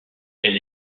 elle